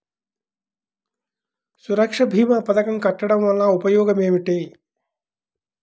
సురక్ష భీమా పథకం కట్టడం వలన ఉపయోగం ఏమిటి?